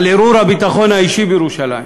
על ערעור הביטחון האישי בירושלים.